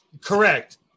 Correct